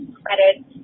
credits